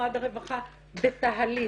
משרד הרווחה בתהליך,